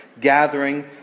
gathering